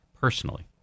personally